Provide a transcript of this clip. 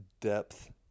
depth